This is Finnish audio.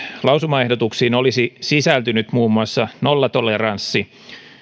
lausumaehdotuksiin olisi sisältynyt muun muassa nollatoleranssi